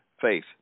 faith